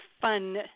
fun